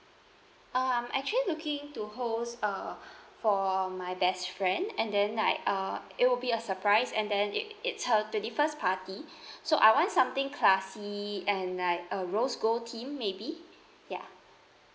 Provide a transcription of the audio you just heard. uh actually I'm looking to host a for my best friend and then like uh it will be a surprise and then it it's her twenty first party so I want something classy and like a rose gold theme maybe ya